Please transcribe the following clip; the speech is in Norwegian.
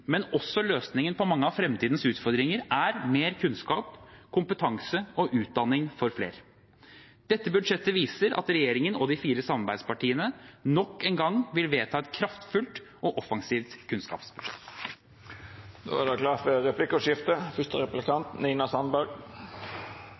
men også løsningen på mange av fremtidens utfordringer, er mer kunnskap, kompetanse og utdanning for flere. Dette budsjettet viser at regjeringen og de fire samarbeidspartiene nok en gang vil vedta et kraftfullt og offensivt